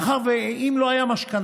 מאחר שאם לא היו משכנתאות,